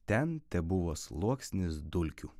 ten tebuvo sluoksnis dulkių